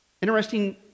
interesting